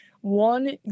One